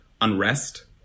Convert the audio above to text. unrest